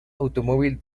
automóvil